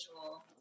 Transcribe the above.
visual